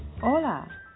Hola